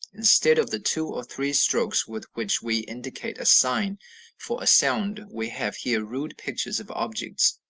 instead of the two or three strokes with which we indicate a sign for a sound, we have here rude pictures of objects.